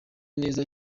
neza